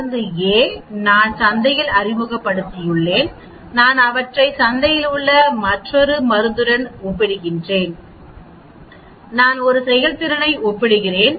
மருந்து A நான் சந்தையில் அறிமுகப்படுத்தியுள்ளேன் நான் அவற்றை சந்தையில் உள்ள மற்றொரு மருந்துடன ஒப்பிடுகிறேன் நான் ஒரு செயல்திறனை ஒப்பிடுகிறேன்